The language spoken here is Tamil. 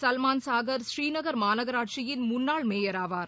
சல்மான் சாகர் ஸ்ரீநகர் மாநகராட்சியின் முன்னாள் மேயர் ஆவார்